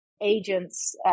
agents